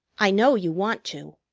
i know you want to.